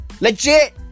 legit